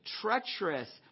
treacherous